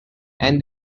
and